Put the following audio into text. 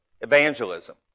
Evangelism